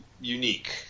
unique